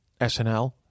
SNL